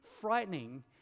frightening